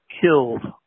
killed